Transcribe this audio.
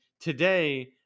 today